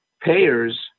payers